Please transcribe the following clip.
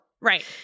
right